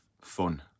fun